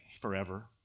Forever